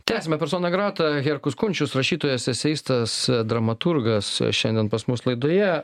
tęsiame persona grata herkus kunčius rašytojas eseistas dramaturgas šiandien pas mus laidoje